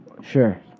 Sure